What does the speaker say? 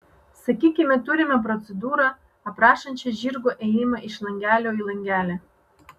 sakykime turime procedūrą aprašančią žirgo ėjimą iš langelio į langelį